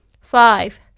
Five